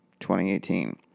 2018